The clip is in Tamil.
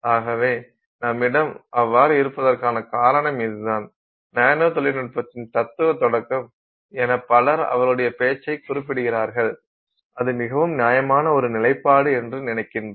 ஆகவே நம்மிடம் அவ்வாறு இருப்பதற்கான காரணம் இதுதான் நானோ தொழில்நுட்பத்தின் தத்துவ தொடக்கம் என பலர் அவருடைய பேச்சைக் குறிப்பிடுகிறார்கள் அது மிகவும் நியாயமான ஒரு நிலைப்பாடு என்று நினைக்கிறேன்